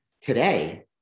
today